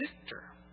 victor